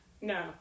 No